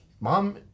Mom